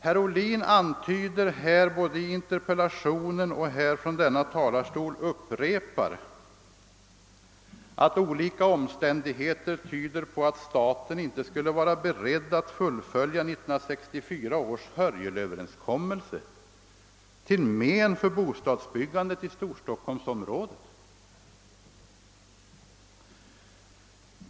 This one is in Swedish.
Herr Ohlin antyder i interpellationen och upprepar det från talarstolen att olika omständigheter tyder på att staten inte skulle vara beredd att fullfölja 1964 års Hörjelöverenskommelse, till men för bostadsbyggandet i Storstockholmsområdet.